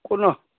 ओना